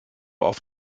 auf